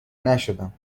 نشدم